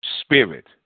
spirit